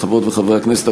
חברות וחברי הכנסת,